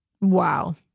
Wow